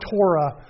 Torah